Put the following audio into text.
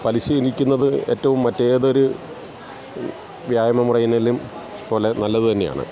പലിശീലിക്കുന്നത് ഏറ്റവും മറ്റേതൊര് വ്യായാമ മുറയിനേലും പോലെ നല്ലത് തന്നെയാണ്